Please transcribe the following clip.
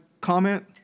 comment